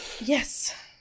Yes